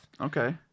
Okay